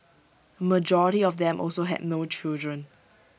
A majority of them also had no children